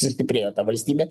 sustiprėjo ta valstybė